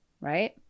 right